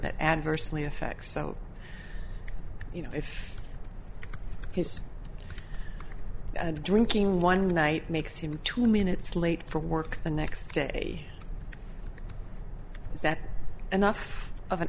that adversely effect so you know if his drinking one night makes him two minutes late for work the next day is that enough of an